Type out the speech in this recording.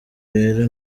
rero